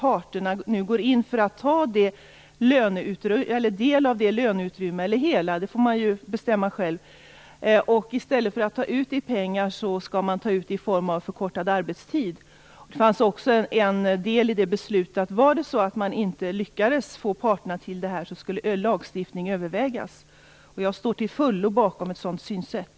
Parterna skall nu gå in för att en del av, eller hela, löneutrymmet - hur stor del får man bestämma själv - kan tas ut i form av förkortad arbetstid i stället för i pengar. En del av beslutet innebär att om man inte lyckas få parterna dithän skall lagstiftning övervägas. Jag står till fullo bakom ett sådant synsätt.